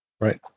Right